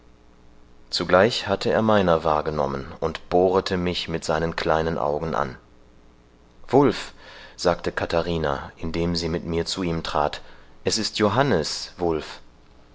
zugleich hatte er meiner wahrgenommen und bohrete mich mit seinen kleinen augen an wulf sagte katharina indem sie mit mir zu ihm trat es ist johannes wulf